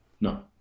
no